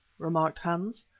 remarked hans.